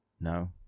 No